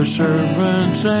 servants